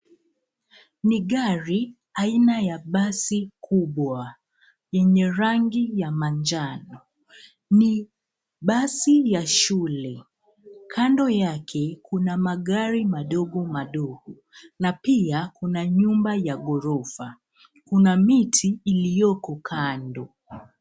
Ni gari aina ya basi kubwa yenye rangi ya manjano. Ni basi ya shule. Kando yake kuna magari madogo madogo. Na pia kuna nyumba ya ghorofa. Kina miti iliyoko kando.